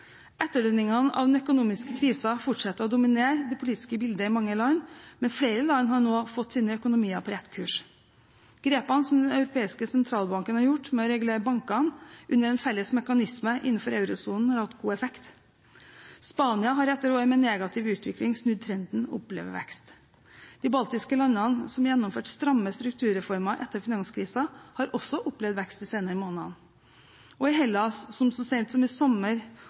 av den økonomiske krisen fortsetter å dominere det politiske bildet i mange land. Men flere land har nå fått sine økonomier på rett kurs. Grepene som Den europeiske sentralbanken har gjort med å regulere bankene under en felles mekanisme innenfor eurosonen, har hatt god effekt. Spania har etter år med negativ utvikling snudd trenden og opplever vekst. De baltiske landene, som har gjennomført stramme strukturreformer etter finanskrisen, har også opplevd vekst de senere månedene. I Hellas, som så sent som i sommer